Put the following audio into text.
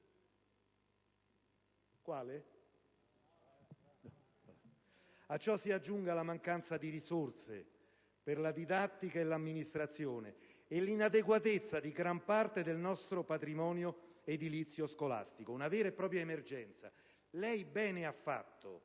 A ciò si aggiunga la mancanza di risorse per la didattica e l'amministrazione, nonché l'inadeguatezza di gran parte del nostro patrimonio edilizio scolastico, una vera e propria emergenza. Lei ha fatto